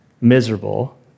miserable